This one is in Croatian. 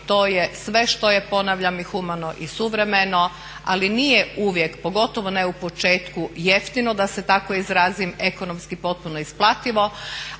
to je sve što je ponavljam i humano i suvremeno ali nije uvijek pogotovo ne u početku jeftino da se tako izrazim ekonomski potpuno isplativo